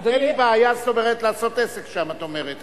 אין לי בעיה, זאת אומרת, לעשות עסק שם, את אומרת.